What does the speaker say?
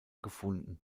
gefunden